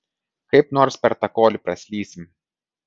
kaip nors per tą kolį praslysim